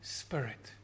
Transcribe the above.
spirit